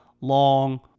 long